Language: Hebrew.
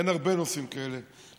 אין הרבה נושאים כאלה,